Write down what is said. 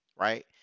right